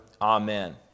Amen